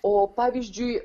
o pavyzdžiui